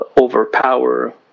overpower